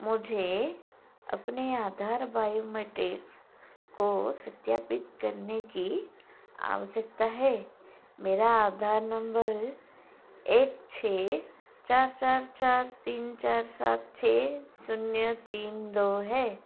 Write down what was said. मुझे अपने आधार बायोमेट्रिक्स को सत्यापित करने की आवश्यकता है मेरा आधार नंबर एक छः चार चार चार तीन चार सात छः शून्य तीन दो है